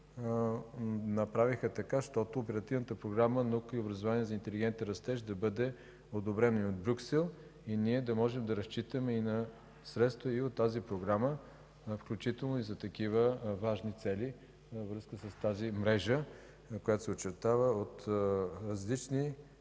направиха така, щото Оперативната програма „Наука и образование за интелигентен растеж” да бъде одобрена и от Брюксел, и ние да можем да разчитаме на средства и от тази Програма, включително и за такива важни цели във връзка с тази мрежа, която се очертава, от различни